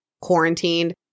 quarantined